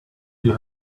you